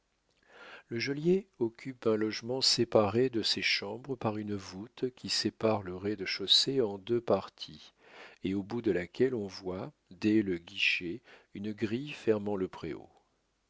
le geôlier occupe un logement séparé de ces chambres par une voûte qui sépare le rez-de-chaussée en deux parties et au bout de laquelle on voit dès le guichet une grille fermant le préau